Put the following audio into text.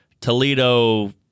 Toledo